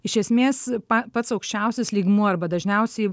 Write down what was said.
iš esmės pats aukščiausias lygmuo arba dažniausiai